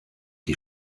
die